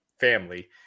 family